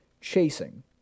chasing